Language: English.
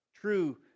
true